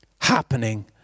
happening